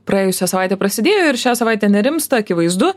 praėjusią savaitę prasidėjo ir šią savaitę nerimsta akivaizdu